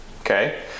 okay